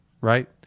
right